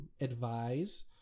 advise